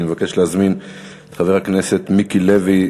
אני מבקש להזמין את חבר הכנסת מיקי לוי,